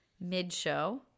mid-show